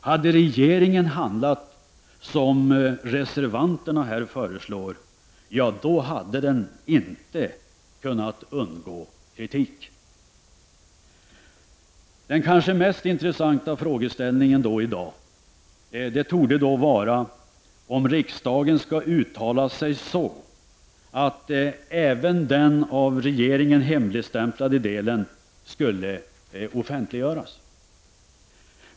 Hade regeringen handlat som reservanterna här föreslår, hade den inte kunnat undgå kritik. Den kanske mest intressanta frågeställningen i dag torde vara om riksdagen skall uttala sig så, att även den av regeringen hemligstämplade delen skulle offentliggöras.